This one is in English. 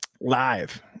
live